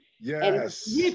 Yes